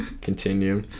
continue